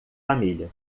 família